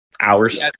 hours